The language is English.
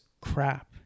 crap